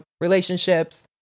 relationships